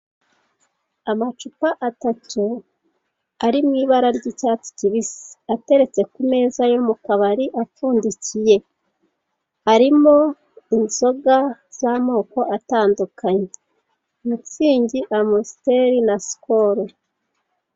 Amacupa atatu ari mu ibara ry'icyatsi kibisi ateretse ku meza yo mu kabari apfundikiye arimo inzoga z'amoko atandukanye mitsingi, amusiteri na sikolo.